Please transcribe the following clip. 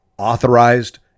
authorized